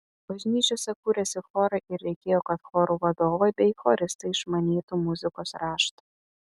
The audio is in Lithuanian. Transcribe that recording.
bažnyčiose kūrėsi chorai ir reikėjo kad chorų vadovai bei choristai išmanytų muzikos raštą